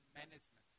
management